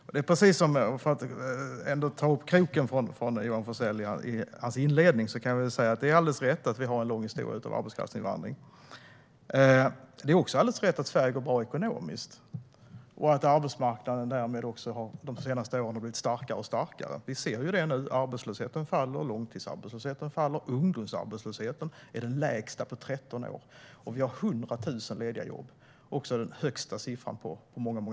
För att ändå ta upp kroken i Johan Forssells inledning kan jag säga att det är alldeles rätt att vi har en lång historia av arbetskraftsinvandring. Det är också rätt att Sveriges ekonomi går bra och att arbetsmarknaden därmed har blivit allt starkare de senaste åren. Arbetslösheten sjunker. Långtidsarbetslösheten sjunker. Ungdomsarbetslösheten är den lägsta på 13 år. Och vi har 100 000 lediga jobb. Det är den högsta siffran på många år.